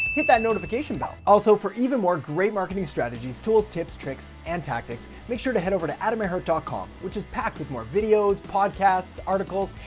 hit that notification bell. also, for even more great marketing strategies, tools, tips, tricks, and tactics, make sure to head over to adamerhart dot com which is packed with more videos, podcasts, articles,